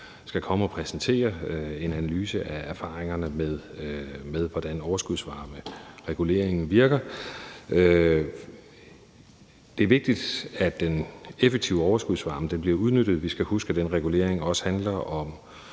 skal komme og præsentere en analyse af erfaringerne med, hvordan overskudsvarmereguleringen virker. Det er vigtigt, at den effektive overskudsvarme bliver udnyttet. Vi skal huske, at den regulering også handler om